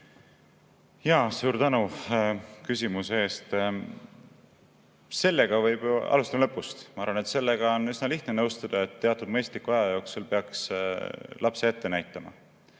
Suur tänu küsimuse eest! Alustan lõpust. Ma arvan, et sellega on üsna lihtne nõustuda, et teatud mõistliku aja jooksul peaks lapse ette näitama